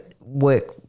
work